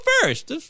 first